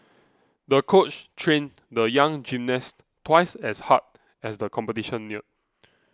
the coach trained the young gymnast twice as hard as the competition neared